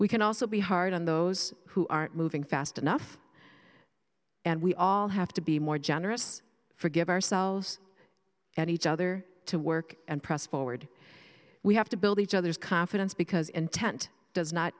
we can also be hard on those who aren't moving fast enough and we all have to be more generous forgive ourselves and each other to work and press forward we have to build each other's confidence because intent does not